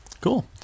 Cool